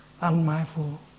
unmindful